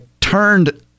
turned